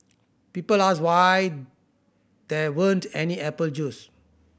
people asked why there weren't any apple juice